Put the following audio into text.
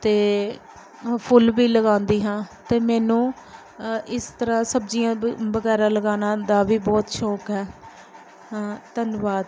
ਅਤੇ ਫੁੱਲ ਵੀ ਲਗਾਉਂਦੀ ਹਾਂ ਅਤੇ ਮੈਨੂੰ ਇਸ ਤਰ੍ਹਾਂ ਸਬਜ਼ੀਆਂ ਵ ਵਗੈਰਾ ਲਗਾਉਣਾ ਦਾ ਵੀ ਬਹੁਤ ਸ਼ੌਕ ਹੈ ਧੰਨਵਾਦ